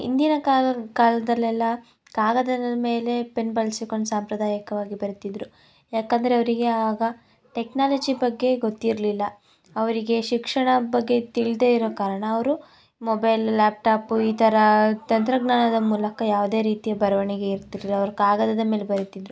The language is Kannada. ಹಿಂದಿನ ಕಾಲ ಕಾಲದಲೆಲ್ಲ ಕಾಗದದ ಮೇಲೆ ಪೆನ್ ಬಳಸಿಕೊಂಡ್ ಸಾಂಪ್ರದಾಯಕವಾಗಿ ಬರಿತಿದ್ರು ಯಾಕಂದರೆ ಅವರಿಗೆ ಆಗ ಟೆಕ್ನಾಲಜಿ ಬಗ್ಗೆ ಗೊತ್ತಿರಲಿಲ್ಲ ಅವರಿಗೆ ಶಿಕ್ಷಣ ಬಗ್ಗೆ ತಿಳಿಯದೇ ಇರೋ ಕಾರಣ ಅವರು ಮೊಬೈಲ್ ಲ್ಯಾಪ್ಟಾಪ್ ಈ ಥರ ತಂತ್ರಜ್ಞಾನದ ಮೂಲಕ ಯಾವುದೇ ರೀತಿಯ ಬರವಣಿಗೆ ಇರ್ತಿರಲಿಲ್ಲಅವ್ರು ಕಾಗದದ ಮೇಲೆ ಬರೀತಿದ್ರು